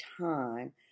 time